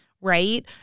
right